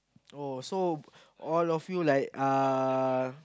oh so all of you like uh